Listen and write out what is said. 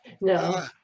No